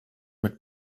mit